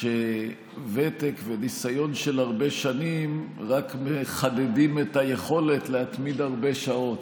לכך שוותק וניסיון של הרבה שנים רק מחדדים את היכולת להתמיד הרבה שעות.